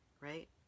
right